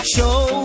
Show